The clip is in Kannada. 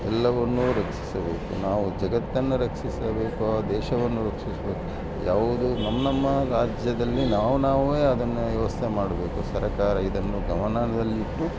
ಎಲ್ಲವನ್ನೂ ರಕ್ಷಿಸಬೇಕು ನಾವು ಜಗತ್ತನ್ನು ರಕ್ಷಿಸಬೇಕು ದೇಶವನ್ನು ರಕ್ಷಿಸಬೇಕು ಯಾವುದು ನಮ್ಮ ನಮ್ಮ ರಾಜ್ಯದಲ್ಲಿ ನಾವು ನಾವೇ ಅದನ್ನು ವ್ಯವಸ್ಥೆ ಮಾಡಬೇಕು ಸರಕಾರ ಇದನ್ನು ಗಮನದಲ್ಲಿಟ್ಟು